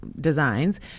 designs